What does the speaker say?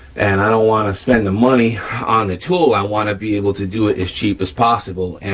and i don't wanna spend the money on the tool, i wanna be able to do it as cheap as possible.